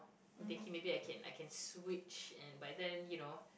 thinking maybe I can I can switch and by then you know